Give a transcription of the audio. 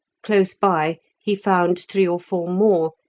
close by he found three or four more,